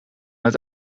het